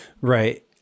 Right